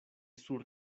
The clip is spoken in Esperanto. sur